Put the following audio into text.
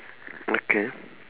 okay